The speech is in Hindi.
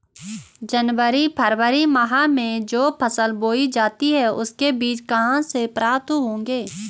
जनवरी फरवरी माह में जो फसल बोई जाती है उसके बीज कहाँ से प्राप्त होंगे?